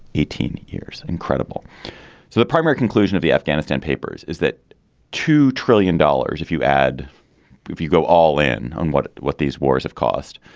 eighteen years. incredible. so the primary conclusion of the afghanistan papers is that two trillion dollars, if you add if you go all in on what what these wars have cost,